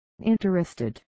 interested